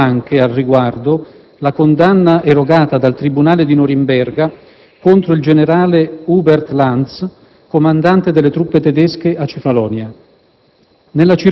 e richiamando anche, al riguardo, la condanna erogata dal tribunale di Norimberga contro il generale Hubert Lanz, comandante delle truppe tedesche a Cefalonia.